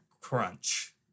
Crunch